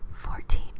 Fourteen